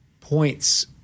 points